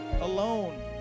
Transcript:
alone